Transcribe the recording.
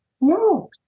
no